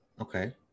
Okay